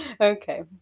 Okay